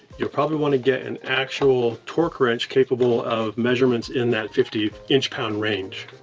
you'll probably want to get an actual torque wrench capable of measurements in that fifty inch pound range.